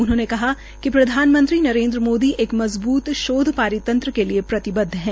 उन्होंने कहा िक प्रधानमंत्री नरेन्द्र मोदी एक मजबूत शोध परितंत्र के लिए प्रतिबद्ध है